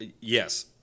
yes